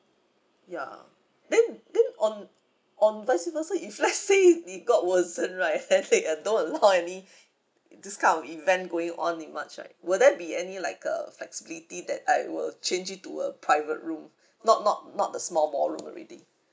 ya then then on on vice versa if lets say it got worsen right then there are not allow of any this kind of event going on in march right will there be any like uh flexibility that I will change it to a private room not not not a small ballroom already